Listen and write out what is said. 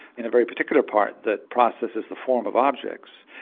in a very particular part that processes the form of objects.